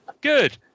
Good